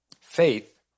Faith